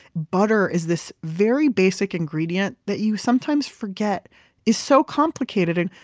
butter is this very basic ingredient that you sometimes forget is so complicated.